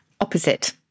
opposite